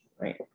right